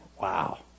Wow